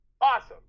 awesome